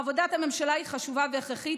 עבודת הממשלה היא חשובה והכרחית,